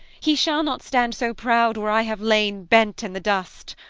he shall not stand so proud where i have lain bent in the dust!